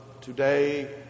today